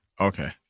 Okay